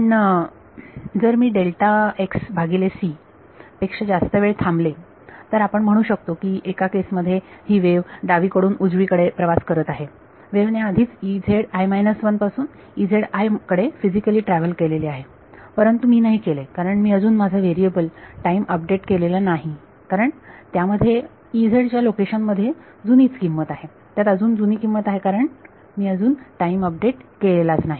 पण जर मी डेल्टा x भागिले c पेक्षा जास्त वेळ थांबले तर आपण म्हणू शकतो की एका केस मध्ये ही वेव्ह डावीकडून उजवीकडे प्रवास करत आहे वेव्ह ने आधीच पासून कडे फिजिकली ट्रॅव्हल केलेले आहे परंतु मी नाही केले कारण मी अजून माझा वेरिएबल टाईम अपडेट केलेला नाही कारण त्यामध्ये च्या लोकेशन मधील जुनीच किंमत आहे त्यात अजून जुनी किंमत आहे कारण मी अजून टाईम अपडेट केलेला नाही